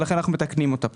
ולכן אנחנו מתקנים אותו.